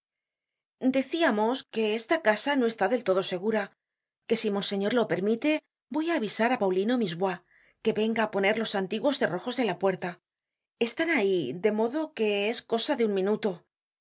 decíamos que esta casa no está del todo segura que si monseñor lo permite voy á avisar á paulino musebois que venga á poner los antiguos cerrojos de la puerta están ahí de modo que es cosa de un minuto y